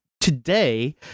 today